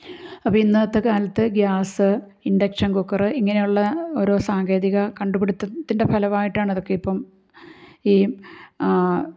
അപ്പോൾ ഇന്നത്തെ കാലത്ത് ഗ്യാസ് ഇൻഡക്ഷൻ കുക്കറ് ഇങ്ങനെയുള്ള ഓരോ സാങ്കേതിക കണ്ടുപിടുത്തത്തിൻ്റെ ഫലമായിട്ടാണ് അതൊക്കെ ഇപ്പം ഈ